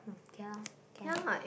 mm k lor can lor can